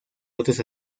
otros